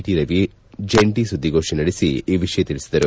T Ravi ಜಂಟಿ ಸುದ್ದಿಗೋಷ್ಠಿ ನಡೆಸಿ ಈ ವಿಷಯ ತಿಳಿಸಿದರು